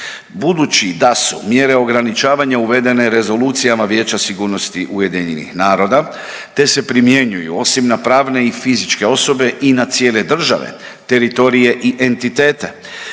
Budući da su mjere ograničavanja uvedene rezolucijama Vijeća sigurnosti UN-a te se primjenjuju osim na pravne i fizičke osobe i na cijele države, teritorije i entitete